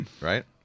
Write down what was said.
right